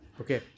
Okay